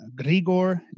Grigor